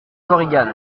korigane